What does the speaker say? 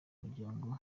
muryango